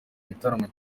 gitaramo